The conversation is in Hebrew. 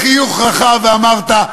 בחיוך רחב, ואמרת: